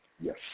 Yes